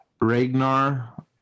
Ragnar